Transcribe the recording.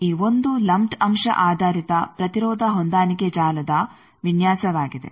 ಆದ್ದರಿಂದ ಈ 1 ಲಂಪ್ಡ್ ಅಂಶ ಆಧಾರಿತ ಪ್ರತಿರೋಧ ಹೊಂದಾಣಿಕೆ ಜಾಲದ ವಿನ್ಯಾಸವಾಗಿದೆ